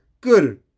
Good